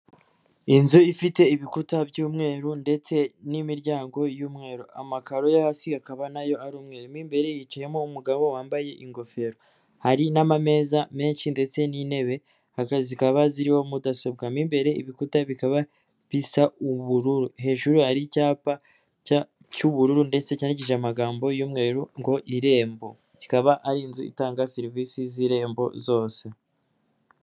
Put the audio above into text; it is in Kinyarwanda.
Inzu ifite ibikuta by'umweru ndetse n'imiryango y'umweru. Amakaro yo hasi akaba nayo ari umweru. Mo imbere hakaba hicayemo umugabo wambaye ingofero. hari n'amameza menshi ndetse n'intebe zikaba ziriho mudasobwa. Mo imbere ibikuta bikaba bisa ubururu. Hejuru hari icyapa cy'ubururu ndetse cyandikije amagambo y'umweru ngo " Irembo" kikaba ari inzu itanga serivisi z'irembo zose.